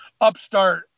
upstart